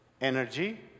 energy